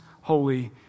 holy